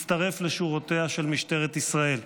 הצטרף לשורותיה של משטרת ישראל.